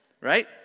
right